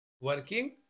working